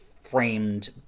framed